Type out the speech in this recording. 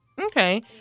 okay